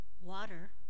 water